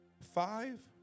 Five